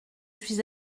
suis